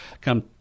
come